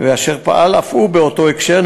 ואף הוא פעל באותו הקשר.